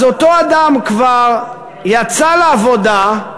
אז אותו אדם כבר יצא לעבודה,